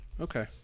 Okay